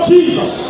Jesus